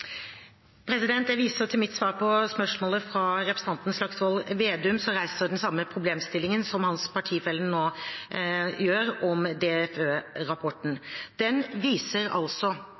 Jeg viser til mitt svar på spørsmålet fra representanten Slagsvold Vedum, som reiser den samme problemstillingen som hans partifelle nå gjør, om DFØ-rapporten. Utgangspunktet er at den viser